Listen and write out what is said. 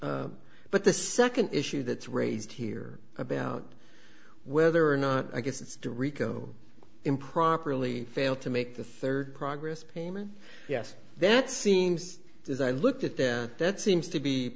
said but the second issue that's raised here about whether or not i guess it's the rico improperly fail to make the third progress payment yes that seems as i look at that that seems to be